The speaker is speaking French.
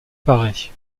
paraît